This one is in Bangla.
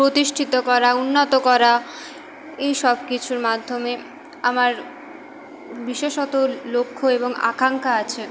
প্রতিষ্ঠিত করা উন্নত করা এই সবকিছুর মাধ্যমে আমার বিশেষত লক্ষ্য এবং আকাঙ্খা আছে